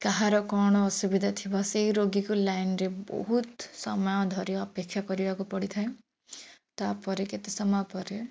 କାହାର କ'ଣ ଅସୁବିଧା ଥିବ ସେଇ ରୋଗୀକୁ ଲାଇନ୍ରେ ବହୁତ ସମୟ ଧରି ଅପେକ୍ଷା କରିବାକୁ ପଡ଼ିଥାଏ ତା'ପରେ କେତେ ସମୟ ପରେ